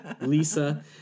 Lisa